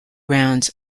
rounds